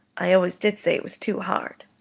i always did say it was too hard.